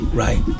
right